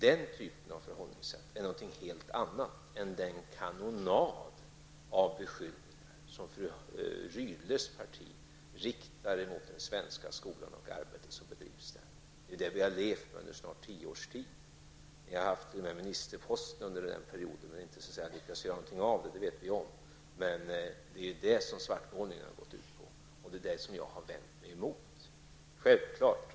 Den typen av förhållningssätt är någonting helt annat än den kanonad av beskyllningar som fru Rydles parti riktar mot den svenska skolan och mot arbetet som bedrivs där. Detta är vad vi har levt med under snart tio års tid. Vi har, säger man, innehaft ministerposten under den här perioden utan att lyckas göra någonting av det. Det vet vi om. Det är det som svartmålningen har gått ut på, och det är det som jag har vänt mig emot.